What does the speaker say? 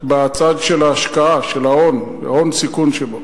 בצד של ההשקעה, של ההון, הון-סיכון שבו.